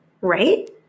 right